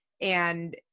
and-